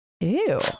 Ew